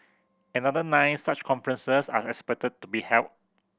another nine such conferences are expected to be held